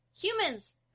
humans